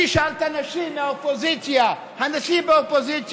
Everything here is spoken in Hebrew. אני אשאל את הנשים מהאופוזיציה: הנשים באופוזיציה,